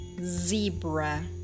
zebra